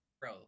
Bro